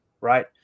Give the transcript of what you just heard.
right